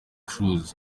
cruz